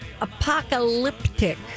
apocalyptic